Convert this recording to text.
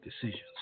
decisions